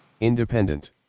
Independent